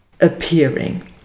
appearing